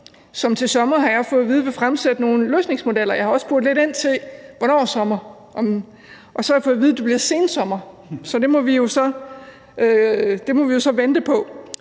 som til sommer, har jeg fået at vide, vil fremlægge nogle løsningsmodeller. Jeg har også spurgt lidt ind til, hvornår i sommer, og så har jeg fået at vide, at det bliver sensommer, så det må vi jo så vente på.